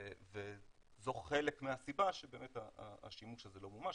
וזו חלק מהסיבה שבאמת השימוש הזה לא מומש,